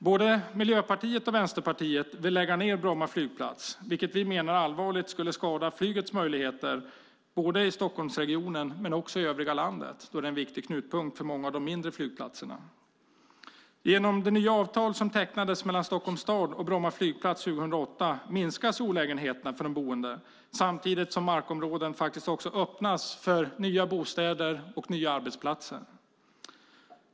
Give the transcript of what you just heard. Både Miljöpartiet och Vänsterpartiet vill lägga ned Bromma flygplats, vilket vi menar allvarligt skulle skada flygets möjligheter både i Stockholmsregionen och i övriga landet då det är en viktig knutpunkt för många av de mindre flygplatserna. Genom det nya avtal som tecknades mellan Stockholms stad och Bromma flygplats 2008 minskas olägenheterna för de boende samtidigt som markområden öppnas för nya bostäder och nya arbetsplatser.